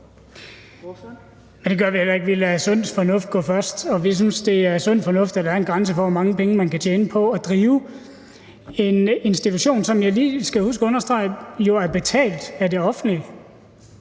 Det gør vi heller ikke. Vi lader sund fornuft komme først, og vi synes, det er sund fornuft, at der er en grænse for, hvor mange penge man kan tjene på at drive en institution, som jeg lige skal huske at understrege jo er betalt af det offentlige.